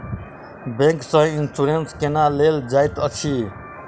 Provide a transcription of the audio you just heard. bank सँ insurance केना लेल जाइत अछि